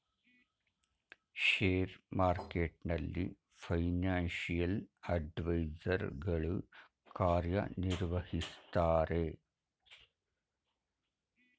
share ಮಾರ್ಕೆಟ್ನಲ್ಲಿ financial adviser ಗಳು ಕಾರ್ಯ ನಿರ್ವಹಿಸುತ್ತಾರೆ